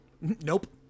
Nope